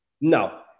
no